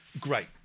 Great